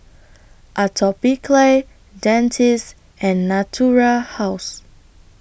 Atopiclair Dentiste and Natura House